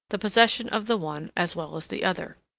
the possession of the one as well as the other.